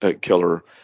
killer